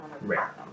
rare